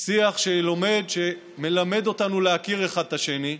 שיח שילמד אותנו להכיר אחד את השני.